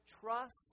trust